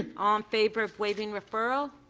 in um favor of waiving referral.